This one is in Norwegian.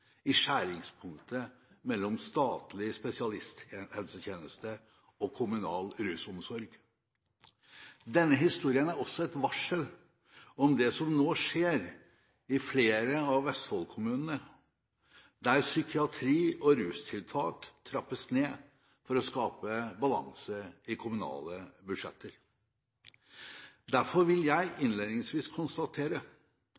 i skjæringspunktet mellom statlig spesialisthelsetjeneste og kommunal rusomsorg. Denne historien er også et varsel om det som nå skjer i flere av Vestfold-kommunene, der psykiatri og rustiltak trappes ned for å skape balanse i kommunale budsjetter. Derfor vil jeg